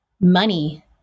money